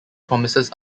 promises